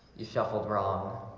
you shuffled wrong